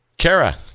Kara